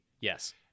yes